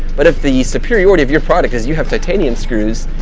but if the superiority of your product is you have titanium screws,